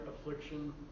affliction